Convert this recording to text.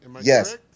yes